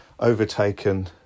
overtaken